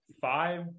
five